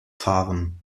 fahren